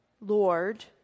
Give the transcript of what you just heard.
Lord